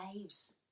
lives